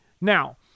Now